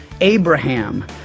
Abraham